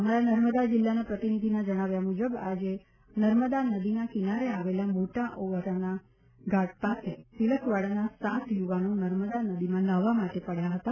અમારા નર્મદા જિલ્લાના પ્રતિનિધિના જણાવ્યા મુજબ આજે નર્મદા નદીના કિનારે આવેલા મોટા ઓવરાના ઘાટ પાસે તિલકવાડાના સાત યુવાનો નર્મદા નદીમાં નહાવા માટે પડ્યા હતા